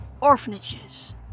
orphanages